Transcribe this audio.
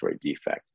defect